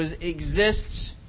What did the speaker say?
exists